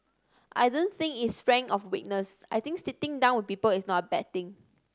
I don't think it's strength or weakness I think sitting down with people is not a bad thing